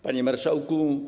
Panie Marszałku!